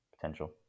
potential